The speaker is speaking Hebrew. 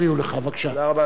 תודה רבה, אדוני היושב-ראש.